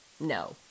No